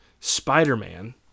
Spider-Man